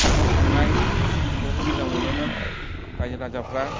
ओंखाम संनाय बेफोरखौ मोजां मोनोमोन रायजो राजाफ्रा